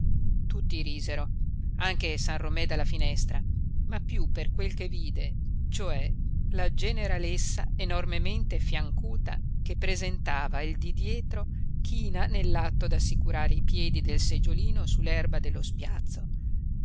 tutti risero anche san romé dalla finestra ma più per quel che vide cioè la generalessa enormemente fiancuta che presentava il di dietro china nell'atto d'assicurare i piedi del seggiolino su l'erba dello spiazzo